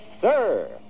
sir